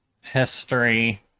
history